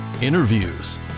interviews